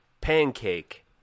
pancake